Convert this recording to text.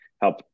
help